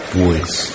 voice